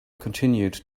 continued